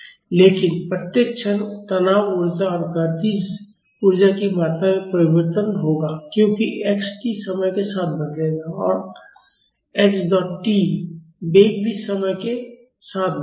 लेकिन प्रत्येक क्षण तनाव ऊर्जा और गतिज ऊर्जा की मात्रा में परिवर्तन होगा क्योंकि x t समय के साथ बदलेगा और x डॉट t वेग भी समय के साथ बदलेगा